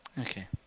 Okay